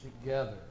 together